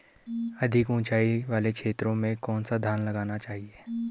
अधिक उँचाई वाले क्षेत्रों में कौन सा धान लगाया जाना चाहिए?